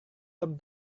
tom